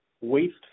waste